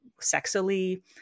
sexily